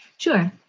sure,